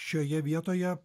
šioje vietoje